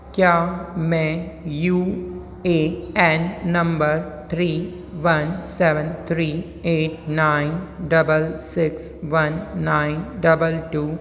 क्या मैं U A N number three one seven three eight nine double six one nine double to